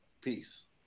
Peace